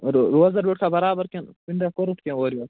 روزدار بیٚوٹھہٕ کھا بَرابر کِنہٕ کُنہِ دۄہ کوٚرُتھ کیٚنٛہہ اورٕ یور